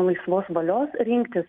laisvos valios rinktis